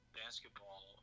basketball